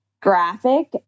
graphic